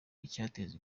icyateza